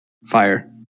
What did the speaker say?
Fire